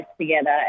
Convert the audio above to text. together